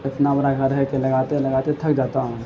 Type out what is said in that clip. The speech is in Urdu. اتنا بڑا گھر ہے کہ لگاتے لگاتے تھک جاتا ہوں